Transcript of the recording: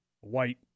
White